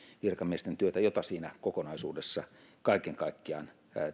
virkamiesten työtä joita siinä kokonaisuudessa kaiken kaikkiaan